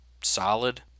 solid